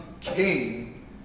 King